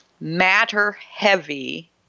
matter-heavy